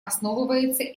основывается